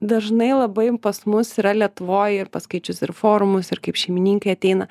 dažnai labai pas mus yra lietuvoj ir paskaičius ir forumus ir kaip šeimininkai ateina